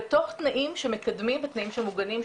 בתוך תנאים שמקדמים ותנאים שמגנים,